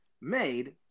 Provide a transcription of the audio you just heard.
made